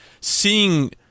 seeing